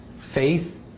faith